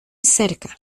cerca